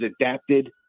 adapted